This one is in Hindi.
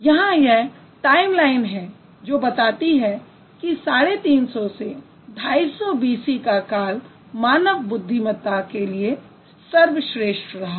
यहाँ यह टाइम लाइन है जो बताती है कि 350 से 250 BC का काल मानव बुद्धिमत्ता के लिए सर्वश्रेष्ठ रहा